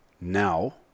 now